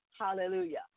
Hallelujah